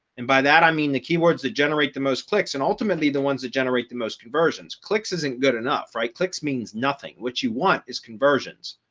and by that i mean the keywords that generate the most clicks and ultimately, the ones that generate the most conversions. clicks isn't good enough, right clicks means nothing. what you want is conversions.